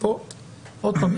עוד פעם,